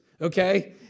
okay